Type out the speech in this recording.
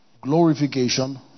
Glorification